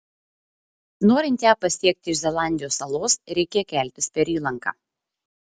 norint ją pasiekti iš zelandijos salos reikia keltis per įlanką